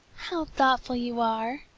how thoughtful you are,